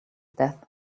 death